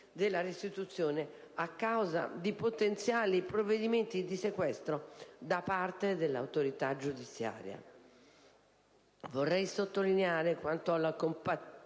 della restituzione, a causa di potenziali provvedimenti di sequestro da parte dell'autorità giudiziaria. Vorrei sottolineare, quanto alla compatibilità